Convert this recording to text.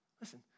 Listen